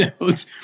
notes